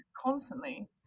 constantly